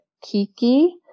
kiki